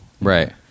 Right